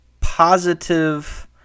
positive